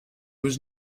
was